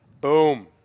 Boom